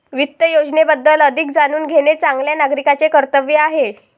वित्त योजनेबद्दल अधिक जाणून घेणे चांगल्या नागरिकाचे कर्तव्य आहे